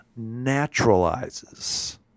naturalizes